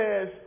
says